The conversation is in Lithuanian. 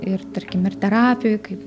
ir tarkim ir terapijoj kaip